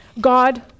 God